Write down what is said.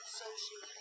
social